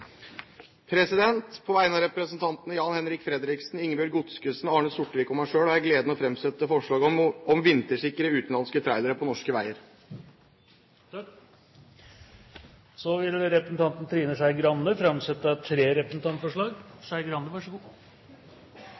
På vegne av representantene Jan-Henrik Fredriksen, Ingebjørg Godskesen, Arne Sortevik og meg selv har jeg gleden av å fremsette forslag om å vintersikre utenlandske trailere på norske veier. Representanten Trine Skei Grande vil framsette tre representantforslag.